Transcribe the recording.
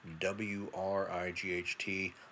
W-R-I-G-H-T